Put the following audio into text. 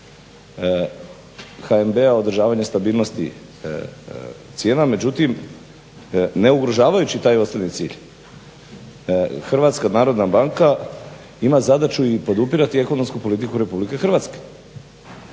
HNB-a održavanje stabilnosti cijena. Međutim, ne ugrožavajući taj osnovni cilj Hrvatska narodna banka ima zadaću i podupirati ekonomsku politiku RH.